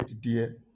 dear